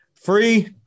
free